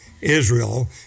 Israel